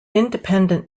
independent